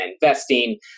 investing